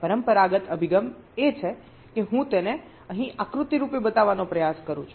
પરંપરાગત અભિગમ એ છે કે હું તેને અહીં આકૃતિરૂપે બતાવવાનો પ્રયાસ કરું છું